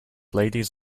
ladies